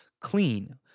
clean